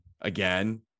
again